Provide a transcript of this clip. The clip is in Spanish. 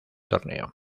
torneo